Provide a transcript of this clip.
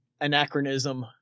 anachronism